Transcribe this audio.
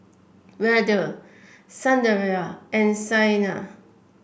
Vedre Sundaraiah and Saina